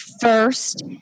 first